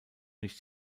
nicht